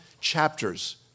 chapters